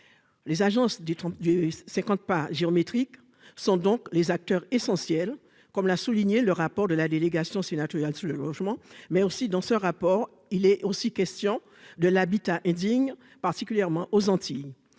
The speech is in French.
les agences du du cinquante pas géométriques sont donc les acteurs essentiels, comme l'a souligné le rapport de la délégation sénatoriale sur le logement, mais aussi dans ce rapport il est aussi question de l'habitat indigne particulièrement aux Antilles,